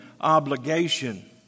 obligation